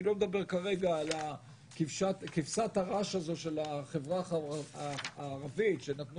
אני לא מדבר כרגע על כבשת הרש של החברה הערבית שנתנו